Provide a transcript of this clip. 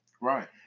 Right